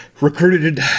recruited